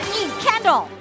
Kendall